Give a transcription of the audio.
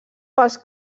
pels